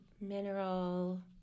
mineral